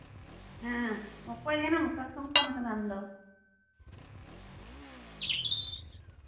ᱦᱮᱸ ᱚᱠᱚᱭ ᱠᱟᱱᱟᱢ ᱚᱠᱟ ᱠᱷᱚᱱᱮᱢ ᱯᱷᱳᱱ ᱠᱟᱫᱟ ᱟᱢ ᱫᱚ